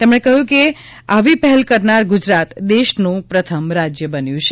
તેમણે કહ્યુ કે આવી પહેલ કરનાર ગુજરાત દેશનું પ્રથમ રાજય બન્યુ છે